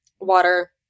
Water